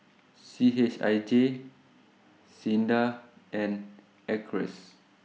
C H I J S I N D A and Acres